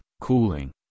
cooling